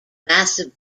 massive